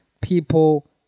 people